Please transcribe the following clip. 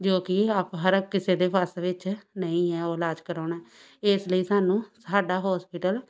ਜੋ ਕਿ ਆਪ ਹਰੇਕ ਕਿਸੇ ਦੇ ਵੱਸ ਵਿੱਚ ਨਹੀਂ ਹੈ ਉਹ ਇਲਾਜ ਕਰਾਉਣਾ ਇਸ ਲਈ ਸਾਨੂੰ ਸਾਡਾ ਹੋਸਪਿਟਲ